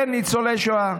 כן, ניצולי שואה,